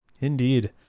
Indeed